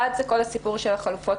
כל הסיפור של חלופות